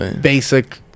basic